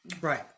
Right